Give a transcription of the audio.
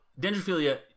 dendrophilia